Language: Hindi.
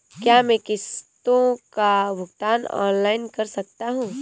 क्या मैं किश्तों का भुगतान ऑनलाइन कर सकता हूँ?